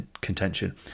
contention